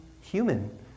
human